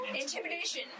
Intimidation